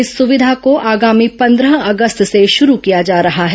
इस सविघा को आगामी पन्द्रह अगस्त से शरू किया जा रहा है